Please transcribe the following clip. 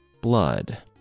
blood